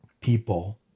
people